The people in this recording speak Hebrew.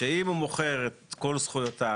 שאם הוא מוכר את כל זכויותיו,